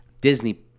Disney